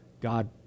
God